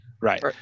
Right